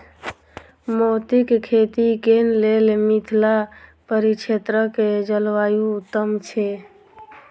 मोतीक खेती केँ लेल मिथिला परिक्षेत्रक जलवायु उत्तम छै?